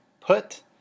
Put